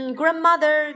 grandmother